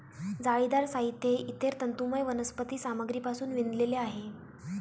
जाळीदार साहित्य हे इतर तंतुमय वनस्पती सामग्रीपासून विणलेले आहे